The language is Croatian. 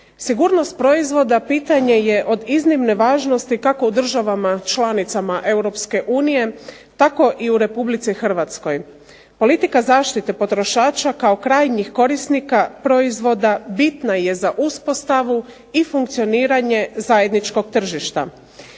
Sigurnost proizvoda pitanje je od iznimne važnosti kako u državama članicama Europske unije, tako i u Republici Hrvatskoj. Politika zaštite potrošača kao krajnjih korisnika proizvoda bitna je za uspostavu i funkcioniranje zajedničkog tržišta.